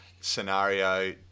scenario